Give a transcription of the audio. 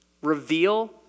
reveal